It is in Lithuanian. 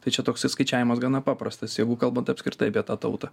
tai čia toksai skaičiavimas gana paprastas jeigu kalbant apskritai apie tą tautą